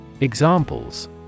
Examples